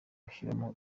gushyiramo